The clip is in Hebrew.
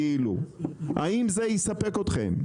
האם זה יספק אתכם?